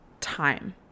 time